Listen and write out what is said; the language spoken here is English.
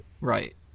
Right